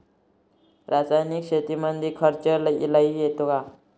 रासायनिक शेतीमंदी खर्च लई येतो का?